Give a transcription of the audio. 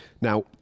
Now